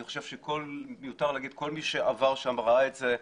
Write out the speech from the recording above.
אני חושב שמיותר להגיד, כול מי שעבר שם ראה את זה.